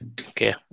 Okay